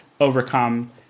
overcome